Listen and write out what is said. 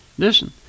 Listen